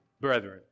brethren